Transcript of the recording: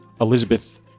Elizabeth